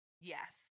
Yes